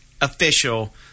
official